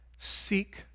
Seek